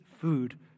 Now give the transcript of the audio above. food